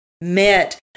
met